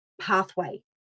pathway